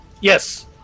Yes